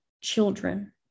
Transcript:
children